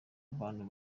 abantu